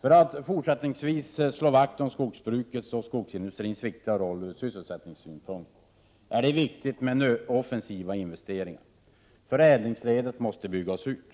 För att man fortsättningsvis skall kunna slå vakt om skogsbrukets och skogsindustrins betydelsefulla roll ur sysselsättningssynpunkt är det viktigt med offensiva investeringar. Förädlingsledet måste byggas ut